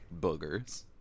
boogers